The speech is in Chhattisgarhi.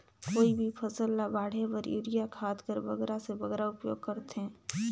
कोई भी फसल ल बाढ़े बर युरिया खाद कर बगरा से बगरा उपयोग कर थें?